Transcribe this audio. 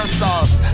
sauce